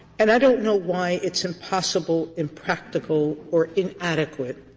and i don't know why it's impossible, impractical or inadequate